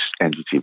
entity